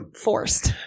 forced